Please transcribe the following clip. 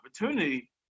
opportunity